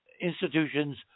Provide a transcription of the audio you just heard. institutions